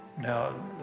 Now